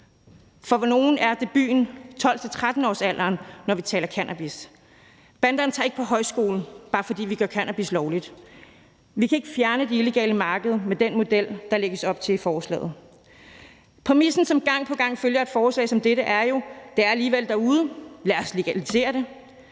For nogle er debuten 12-13-årsalderen, når vi taler cannabis. Banderne tager ikke på højskole, bare fordi vi gør cannabis lovligt. Vi kan ikke fjerne det illegale marked med den model, der lægges op til i forslaget. Præmissen, som gang på gang følger et forslag som dette, er jo: Det er alligevel derude, så lad os legalisere det.